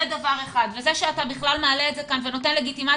זה שאתה בכלל מעלה את זה כאן ונותן לגיטימציה